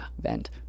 vent